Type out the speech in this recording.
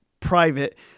private